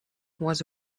was